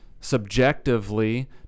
subjectively